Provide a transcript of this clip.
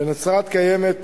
בנצרת קיימת,